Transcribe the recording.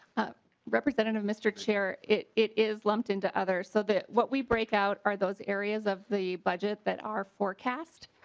ah representative mister chair it it is lumped into other so that what we break out are those areas of the budget that our forecast.